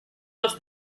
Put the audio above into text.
off